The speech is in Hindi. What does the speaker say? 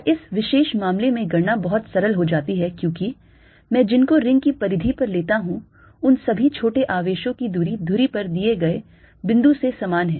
और इस विशेष मामले में गणना बहुत सरल हो जाती है क्योंकि मैं जिनको रिंग की परिधि पर लेता हूं उन सभी छोटे आवेशों की दूरी धुरी पर दिए गए बिंदु से समान है